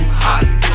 hot